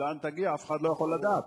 ולאן תגיע אף אחד לא יכול לדעת.